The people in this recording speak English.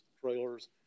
trailers